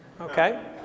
Okay